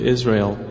Israel